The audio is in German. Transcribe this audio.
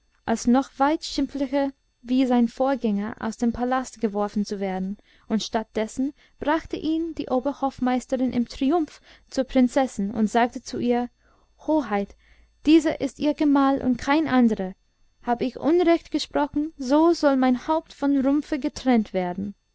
als noch weit schimpflicher wie sein vorgänger aus dem palaste geworfen zu werden und statt dessen brachte ihn die oberhofmeisterin im triumph zur prinzessin und sagte zu ihr hoheit dieser ist ihr gemahl und kein andrer hab ich unrecht gesprochen so soll mein haupt vom rumpfe getrennt werden